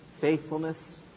faithfulness